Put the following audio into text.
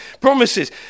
promises